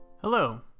Hello